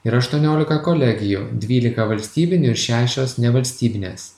ir aštuoniolika kolegijų dvylika valstybinių ir šešios nevalstybinės